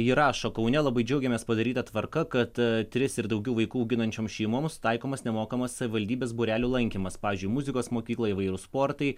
ji rašo kaune labai džiaugiamės padaryta tvarka kad tris ir daugiau vaikų auginančioms šeimoms taikomas nemokamas savivaldybės būrelių lankymas pavyzdžiui muzikos mokyklą įvairūs sportai